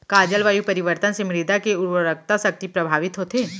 का जलवायु परिवर्तन से मृदा के उर्वरकता शक्ति प्रभावित होथे?